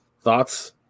thoughts